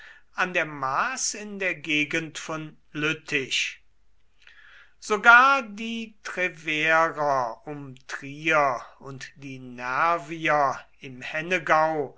an der maas in der gegend von lüttich sogar die treverer um trier und die nervier im hennegau